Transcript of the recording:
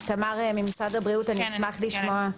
תמר ממשרד הבריאות, אני אשמח לשמוע.